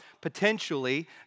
potentially